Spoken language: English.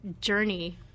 journey